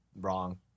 wrong